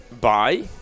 Bye